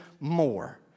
more